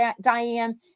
Diane